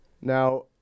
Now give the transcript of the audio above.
Now